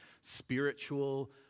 spiritual